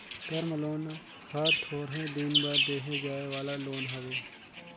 term loan हर थोरहें दिन बर देहे जाए वाला लोन हवे